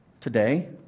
Today